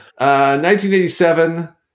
1987